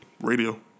Radio